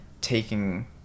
taking